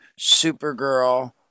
supergirl